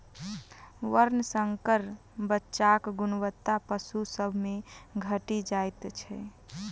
वर्णशंकर बच्चाक गुणवत्ता पशु सभ मे घटि जाइत छै